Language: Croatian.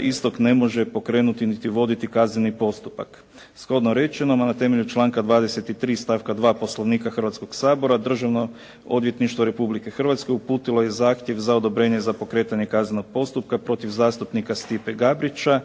istog ne može pokrenuti niti voditi kazneni postupak. Shodno rečenom, a na temelju članka 23. stavka 2. Poslovnika Hrvatskog sabora, Državno odvjetništvo Republike Hrvatske uputilo je zahtjev za odobrenje za pokretanje kaznenog postupka protiv zastupnika Stipe Gabrića